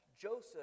Joseph